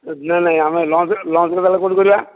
ନାଇଁ ନାଇଁ ଆମେ ଲଞ୍ଚ୍ ଲଞ୍ଚ୍ଟା ତା'ହେଲେ କେଉଁଠି କରିବା